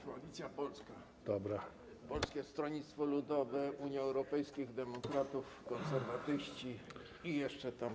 Koalicja Polska - Polskie Stronnictwo Ludowe, Unia Europejskich Demokratów, Konserwatyści i jeszcze tam.